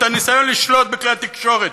או הניסיון לשלוט בכלי התקשורת,